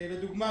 לדוגמה,